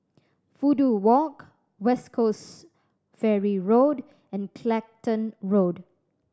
Fudu Walk West Coast Ferry Road and Clacton Road